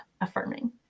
affirming